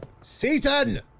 Satan